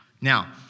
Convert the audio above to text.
Now